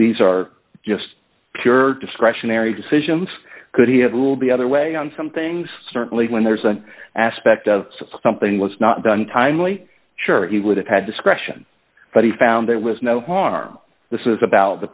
these are just pure discretionary decisions could he have ruled the other way on some things certainly when there's an aspect of something was not done timely sure he would have had discretion but he found there was no harm this is about the